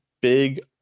big